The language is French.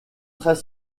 très